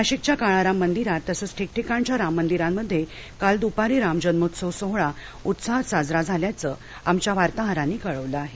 नाशिकच्या काळाराम मंदिरात तसच ठिकठीकाणच्या राम मंदिरांमध्ये काल द्पारी राम जन्मोत्सव सोहळा उत्साहात साजरा झाल्याचं आमच्या वार्ताहरानी कळवलं आहे